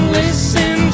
listen